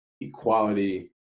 equality